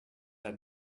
had